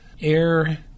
air